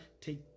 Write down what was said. take